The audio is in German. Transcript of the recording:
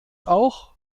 auch